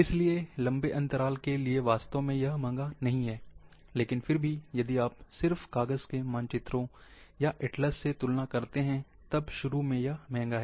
इसलिए लंबे अंतराल के लिए वास्तव में ये महंगा नहीं है लेकिन फिर भी यदि आप सिर्फ कागज़ के मानचित्रों या एटलस से तुलना करते हैं तब शुरू में यह महंगा है